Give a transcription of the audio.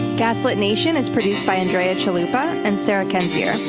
gaslit nation is produced by andrea chalupa and sarah kendzior.